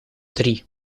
три